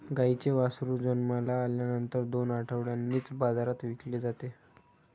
गाईचे वासरू जन्माला आल्यानंतर दोन आठवड्यांनीच बाजारात विकले जाते